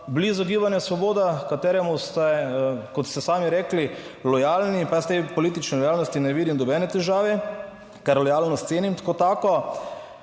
blizu Gibanja Svoboda, h kateremu ste, kot ste sami rekli, lojalni, pa jaz te politične lojalnosti ne vidim nobene težave, ker lojalnost cenim kot tako,